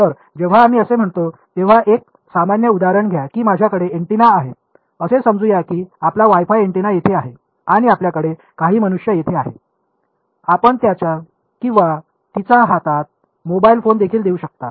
तर जेव्हा आम्ही असे होतो तेव्हा एक सामान्य उदाहरण घ्या की माझ्याकडे अँटेना आहे असे समजू या की आपला वायफाय अँटेना येथे आहे आणि आपल्याकडे काही मनुष्य येथे आहे आपण त्याच्या किंवा तिचा हातात मोबाइल फोन देखील घेऊ शकता